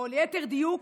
או ליתר דיוק,